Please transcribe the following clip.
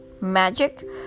magic